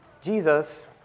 Jesus